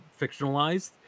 fictionalized